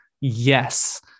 yes